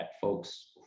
folks